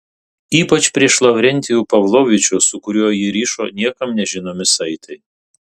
ypač prieš lavrentijų pavlovičių su kuriuo jį rišo niekam nežinomi saitai